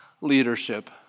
leadership